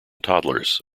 toddlers